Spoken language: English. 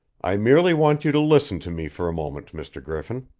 i merely want you to listen to me for a moment, mr. griffin.